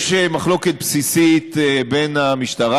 יש מחלוקת בסיסית בין המשטרה,